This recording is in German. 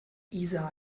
isa